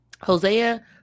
Hosea